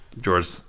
George